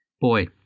Boy